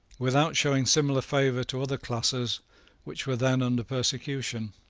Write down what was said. without showing similar favour to other classes which were then under persecution.